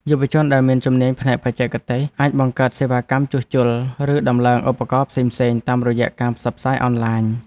យុវជនដែលមានជំនាញផ្នែកបច្ចេកទេសអាចបង្កើតសេវាកម្មជួសជុល ឬតម្លើងឧបករណ៍ផ្សេងៗតាមរយៈការផ្សព្វផ្សាយអនឡាញ។